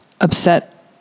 upset